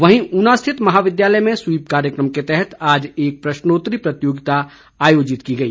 वहीं ऊना स्थित महाविद्यालय में स्वीप कार्यक्रम के तहत आज एक प्रश्नोत्तरी प्रतियोगिता आयोजित की गई